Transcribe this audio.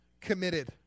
committed